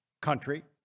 country